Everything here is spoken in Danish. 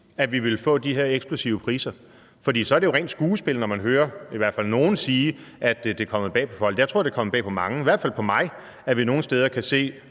at vi ville få de her eksplosive prisstigninger, for så er det jo rent skuespil, når man hører i hvert fald nogle sige, at det er kommet bag på dem. Jeg tror, det er kommet bag på mange, i hvert fald på mig, at vi nogle steder kan se